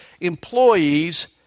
employees